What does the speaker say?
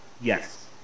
Yes